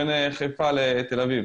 בין חיפה לתל אביב.